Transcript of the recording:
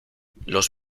los